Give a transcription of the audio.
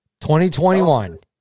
2021